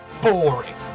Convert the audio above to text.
boring